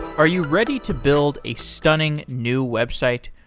are you ready to build a stunning new website?